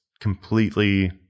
completely